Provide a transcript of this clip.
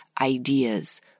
ideas